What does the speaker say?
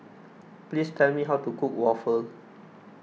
please tell me how to cook Waffle